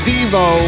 Devo